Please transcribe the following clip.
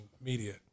media